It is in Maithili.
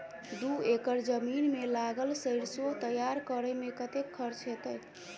दू एकड़ जमीन मे लागल सैरसो तैयार करै मे कतेक खर्च हेतै?